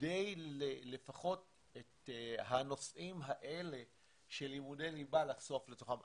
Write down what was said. כדי לפחות את הנושאים האלה של לימודי ליבה לחשוף לתוכם.